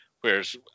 Whereas